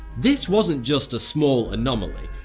this wasn't just a small anomoly,